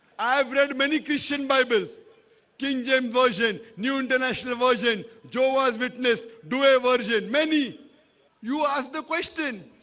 i have read many christian bibles king james version new international version joe as witness do a version many you ask the question?